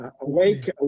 awake